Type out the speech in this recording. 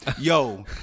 Yo